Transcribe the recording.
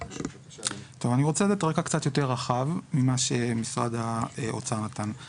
אני רוצה לתת רקע קצת יותר רחב ממה שמשרד האוצר נתן.